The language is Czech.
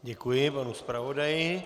Děkuji panu zpravodaji.